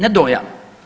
Ne dojam.